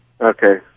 Okay